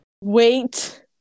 Wait